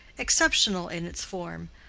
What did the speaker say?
exceptional in its form,